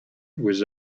with